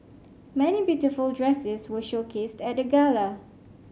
many beautiful dresses were showcased at the gala